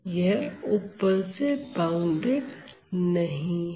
यह ऊपर से बाउंडेड नहीं है